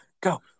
Go